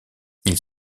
ils